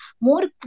more